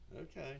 okay